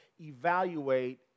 evaluate